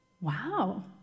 Wow